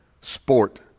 sport